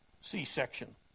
c-section